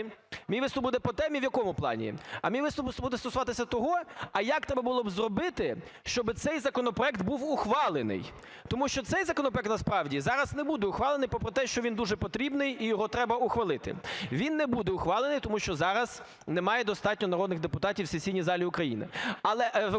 Мій виступ буде по темі в якому плані? А мій виступ буде стосуватися того, а як треба було зробити, щоб цей законопроект був ухвалений? Тому що цей законопроект, насправді, зараз не буде ухвалений попри те, що він дуже потрібний і його треба ухвалити. Він не буде ухвалений, тому що зараз немає достатньо народних депутатів в сесійній залі України,